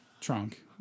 trunk